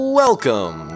welcome